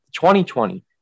2020